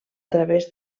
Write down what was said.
través